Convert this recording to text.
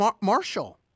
Marshall